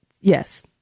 Yes